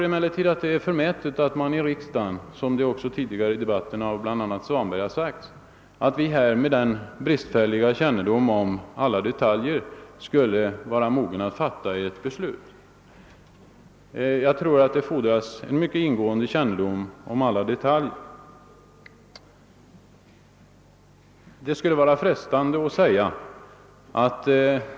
Jag anser att det vore förmätet av oss här i riksdagen — som bl.a. herr Svanberg framhållit tidigare under debatten — om vi med den bristfälliga kännedom vi har om detaljerna skulle anse oss mogna att fatta ett beslut. Jag tror att det fordras mycket ingående kännedom om alla detaljer.